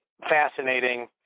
fascinating